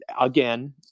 again